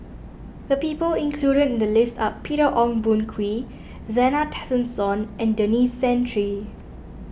the people included in the list are Peter Ong Boon Kwee Zena Tessensohn and Denis Santry